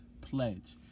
pledge